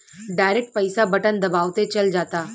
direct पईसा button दबावते चल जाता